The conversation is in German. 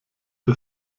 der